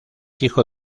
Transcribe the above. hijo